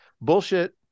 Bullshit